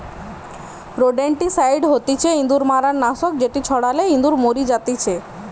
rodenticide হতিছে ইঁদুর মারার নাশক যেটি ছড়ালে ইঁদুর মরি জাতিচে